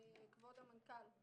כבוד המנכ"ל,